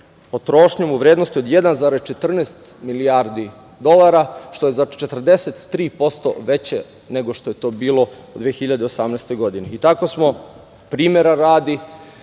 potrošnjom u vrednosti od 1,14 milijardi dolara, što je za 43% veće nego što je to bilo u 2018. godini. Tako smo primera radi,